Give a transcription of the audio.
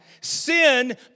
sin